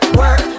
work